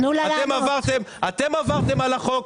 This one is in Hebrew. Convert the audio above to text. אתם עברתם על החוק.